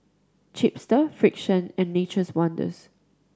Chipster Frixion and Nature's Wonders